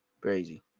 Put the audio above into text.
Crazy